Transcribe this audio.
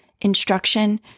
instruction